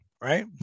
right